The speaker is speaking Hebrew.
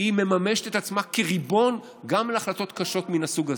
מממשת את עצמה כריבון גם בהחלטות קשות מן הסוג הזה.